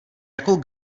jakou